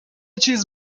چیز